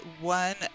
one